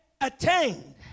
attained